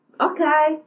okay